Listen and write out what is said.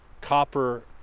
copper